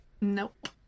Nope